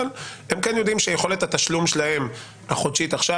הם כן יודעים שיכולת התשלום שלהם החודשית עכשיו,